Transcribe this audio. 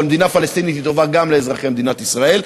אבל מדינה פלסטינית היא טובה גם לאזרחי מדינת ישראל,